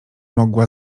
mogła